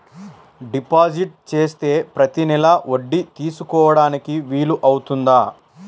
Deposit చేస్తే ప్రతి నెల వడ్డీ తీసుకోవడానికి వీలు అవుతుందా?